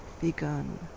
begun